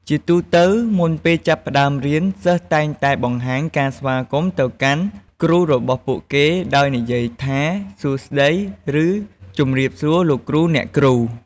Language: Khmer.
ជាទូទៅ មុនពេលចាប់ផ្ដើមរៀន សិស្សតែងតែបង្ហាញការស្វាគមន៍ទៅកាន់គ្រូរបស់ពួកគេ ដោយនិយាយថា សួស្ដី ឬ ជម្រាបសួរ លោកគ្រូ អ្នកគ្រូ។